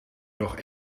nog